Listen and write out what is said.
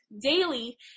daily